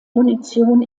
munition